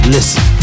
Listen